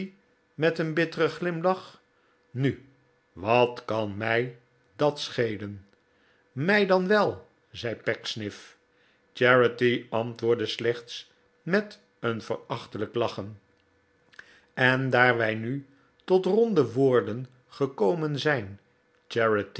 met een bitteren glimlach nu wat kan mij dat schelen rt mij dan wel zei pecksniff charity antwoordde slechts met een verachtelijk lachen en daar wij nu tot ronde woorden gekomen zijn